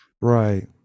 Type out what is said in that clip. Right